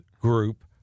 group